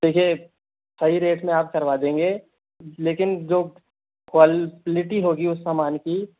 देखिए सही रेट में आप करवा देंगे लेकिन जो क्वाल लिटी होगी उस समान की